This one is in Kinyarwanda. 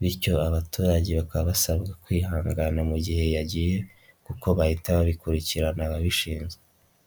bityo abaturage bakaba basabwa kwihangana mu gihe yagiye kuko bahita babikurikirana ababishinzwe.